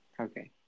Okay